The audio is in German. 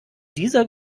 dieser